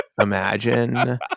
imagine